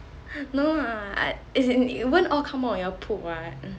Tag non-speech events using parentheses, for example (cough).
(laughs) no lah as in it won't all come out in your poop what